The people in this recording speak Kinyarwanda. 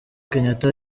kenyatta